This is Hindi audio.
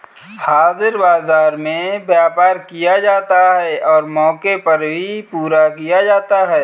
हाजिर बाजार में व्यापार किया जाता है और मौके पर ही पूरा किया जाता है